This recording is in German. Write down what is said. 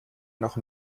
noch